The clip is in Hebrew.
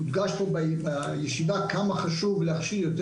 הודגש פה בישיבה כמה חשוב להכשיר יותר